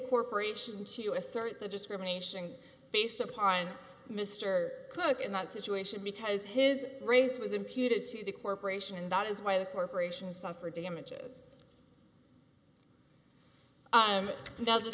corporation to assert that discrimination based upon mr cooke in that situation because his race was imputed to the corporation and that is why the corporations suffered damages and now the